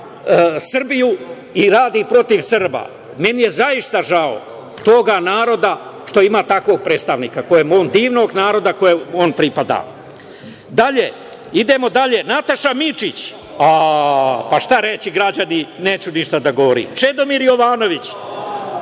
Srbiju i radi protiv Srba. Meni je zaista žao tog naroda što ima takvog predstavnika, divnog naroda kojem on pripada. Idemo dalje – Nataša Mićić. Pa, šta reći, građani? Neću ništa da govorim. Čedomir Jovanović.